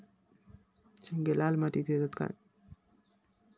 शेंगे लाल मातीयेत येतत काय?